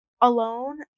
alone